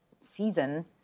season